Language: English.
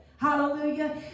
hallelujah